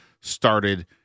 started